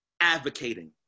advocating